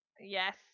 Yes